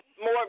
More